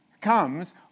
comes